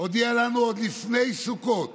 הודיע לנו עוד לפני סוכות